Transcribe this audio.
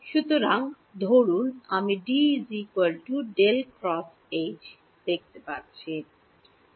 সুতরাং ধরুন আমি D˙ ∇× H দেখতে পাচ্ছি